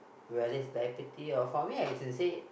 whether it's diabetes or for me as I say